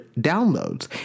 downloads